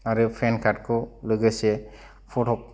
आरो पेन कार्डखौ लोगोसे फट'